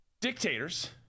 dictators